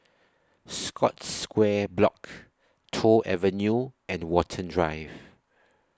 Scotts Square Block Toh Avenue and Watten Drive